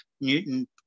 Newton